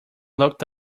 looked